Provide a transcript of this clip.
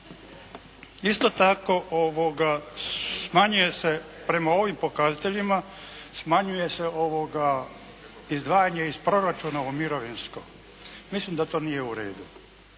se, prema ovim pokazateljima smanjuje se izdvajanje iz proračuna za mirovinsko. Mislim da to nije u redu.